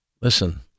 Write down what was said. Listen